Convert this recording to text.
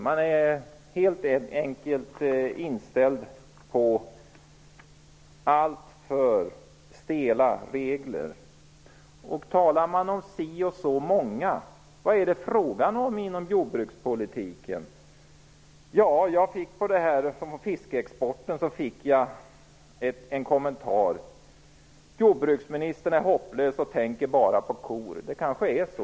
Man är helt enkelt inställd på alltför stela regler. Man talar om si och så många. Vad är det fråga om inom jordbrukspolitiken? Jag fick en kommentar när det gällde fiskeexporten, nämligen: Jordbruksministern är hopplös och tänker bara på kor. Det kanske är så.